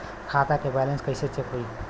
खता के बैलेंस कइसे चेक होई?